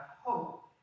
hope